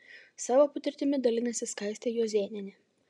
savo patirtimi dalinasi skaistė juozėnienė